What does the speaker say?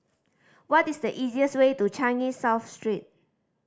what is the easiest way to Changi South Street